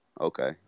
Okay